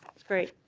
ah it's great